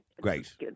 Great